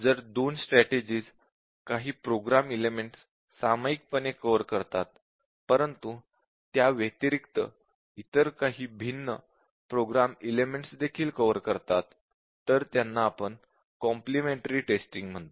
जर दोन स्ट्रॅटेजिज काही प्रोग्राम एलिमेंटस सामाईकपणे कव्हर करतात परंतु त्या व्यतिरिक्त इतर काही भिन्न प्रोग्राम एलिमेन्टस देखील कव्हर करतात तर त्यांना आपण कॉम्प्लिमेंटरी टेस्टिंग म्हणतो